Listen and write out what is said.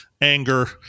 anger